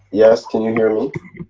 yes, can you hear me?